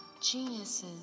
geniuses